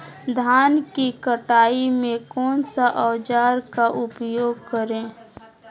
धान की कटाई में कौन सा औजार का उपयोग करे?